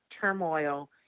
turmoil